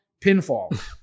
pinfall